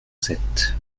sept